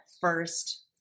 first